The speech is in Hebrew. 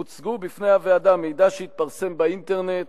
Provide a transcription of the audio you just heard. הוצגו בפני הוועדה מידע שהתפרסם באינטרנט